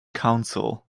council